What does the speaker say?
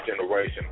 generation